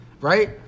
Right